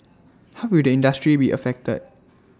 how will the industry be affected